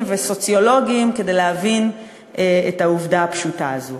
וסוציולוגיים כדי להבין את העובדה הפשוטה הזאת.